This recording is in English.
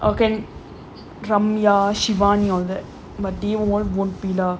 okay ramya shivani all that but they won't won be lah